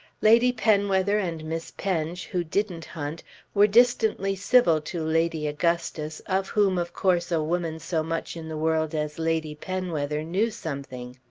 lady penwether and miss penge who didn't hunt were distantly civil to lady augustus of whom of course a woman so much in the world as lady penwether knew something.